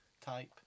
type